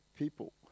people